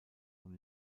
und